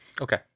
okay